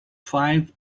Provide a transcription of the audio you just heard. five